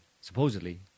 supposedly